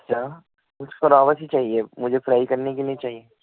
کیا مجھ کو راوس ہی چاہیے مجھے فرائی کرنے کے لیے چاہیے